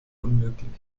unmöglich